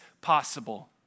possible